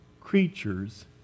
creatures